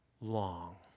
long